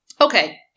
okay